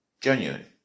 genuine